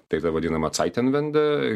tai ta vadinama tsaitenvend